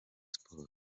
sports